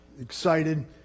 excited